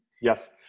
yes